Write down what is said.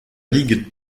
ligue